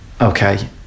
okay